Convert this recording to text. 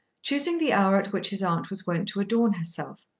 choosing the hour at which his aunt was wont to adorn herself.